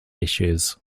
issues